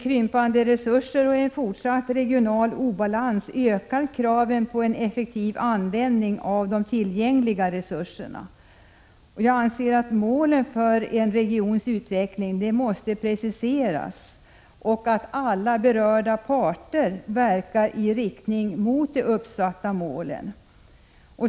Krympande resurser och en fortsatt regional obalans ökar kraven på en effektiv användning av de tillgängliga resurserna. Målen för en regions utveckling måste preciseras, och alla berörda parter måste verka i riktning mot de uppsatta målen.